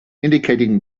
indicating